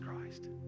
Christ